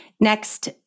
Next